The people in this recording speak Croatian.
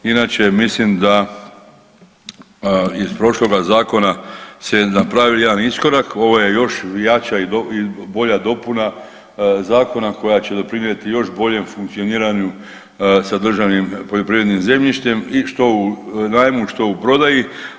Inače mislim da iz prošloga zakona se napravio jedan iskorak, ovo je još jača i bolja dopuna zakona koja će doprinijeti još boljem funkcioniranju sa državnim poljoprivrednim zemljištem što u najmu, što u prodaji.